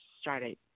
started